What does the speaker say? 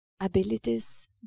abilities